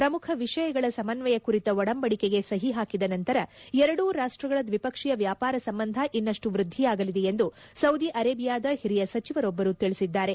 ಪ್ರಮುಖ ವಿಷಯಗಳ ಸಮನ್ವಯ ಕುರಿತ ಒಡಂಬಡಿಕೆಗೆ ಸಹಿ ಹಾಕಿದ ನಂತರ ಎರಡೂ ರಾಷ್ಟಗಳ ದ್ವಿಪಕ್ಷೀಯ ವ್ಯಾಪಾರ ಸಂಬಂಧ ಇನ್ನಷ್ಟು ವ್ಬದ್ದಿಯಾಗಲಿದೆ ಎಂದು ಸೌದಿ ಅರೇಬಿಯಾದ ಹಿರಿಯ ಸಚಿವರೊಬ್ಲರು ತಿಳಿಸಿದ್ದಾರೆ